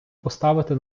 поставити